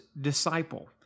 disciple